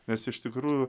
nes iš tikrųjų